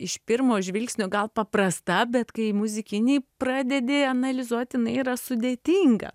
iš pirmo žvilgsnio gal paprasta bet kai muzikiniai pradedi analizuot jinai yra sudėtinga